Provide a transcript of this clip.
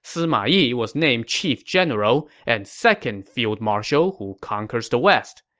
sima yi was named chief general and second field marshal who conquers the west.